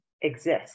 exist